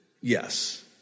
yes